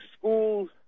schools